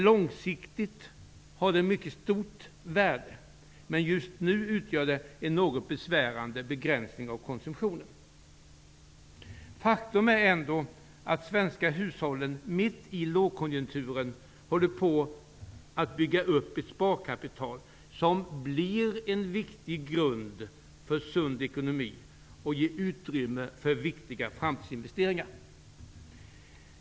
Långsiktigt har det ett mycket stort värde, men just nu utgör det en något besvärande begränsning av konsumtionen. Faktum är ändå att de svenska hushållen mitt i lågkonjukturen håller på att bygga upp ett sparkapital som blir en viktig grund för sund ekonomi och som ger utrymme för viktiga framtidsinvesteringar.